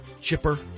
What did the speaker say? chipper